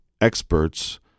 experts